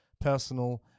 personal